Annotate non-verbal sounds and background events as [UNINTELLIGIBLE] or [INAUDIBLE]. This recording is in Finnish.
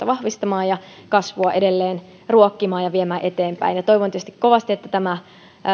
[UNINTELLIGIBLE] vahvistamaan ja kasvua edelleen ruokkimaan ja viemään eteenpäin toivon tietysti kovasti että tämä